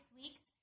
weeks